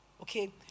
okay